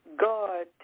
God